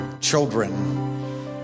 children